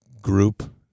group